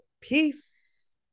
Peace